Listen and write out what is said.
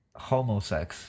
homosex